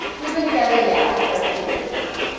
we've been together, yeah, for a few years now.